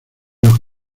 los